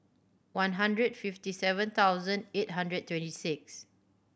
one hundred fifty seven thousand eight hundred twenty six